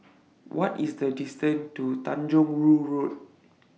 What IS The distance to Tanjong Rhu Road